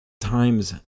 Time's